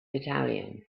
battalion